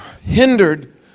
hindered